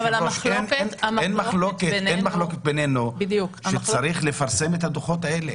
אין מחלוקת בינינו שצריך לפרסם את הדוחות האלה.